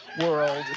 world